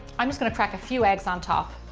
i'm just gonna crack a few eggs on top.